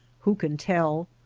who can tell?